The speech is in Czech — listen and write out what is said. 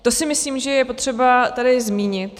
To si myslím, že je potřeba tady zmínit.